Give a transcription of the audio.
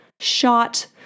shot